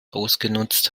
ausgenutzt